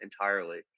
entirely